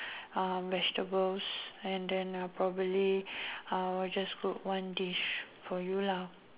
uh vegetables and then uh probably I will just cook one dish for you lah